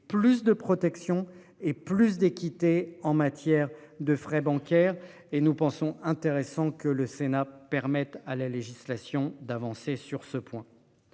plus de protection et plus d'équité en matière de frais bancaires et nous pensons intéressant que le Sénat permettent à la législation d'avancer sur ce point.